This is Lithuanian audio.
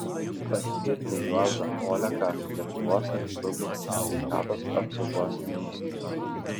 paskirti juozą oleką lietuvos respublikos sveikatos apsaugos ministru